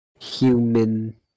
human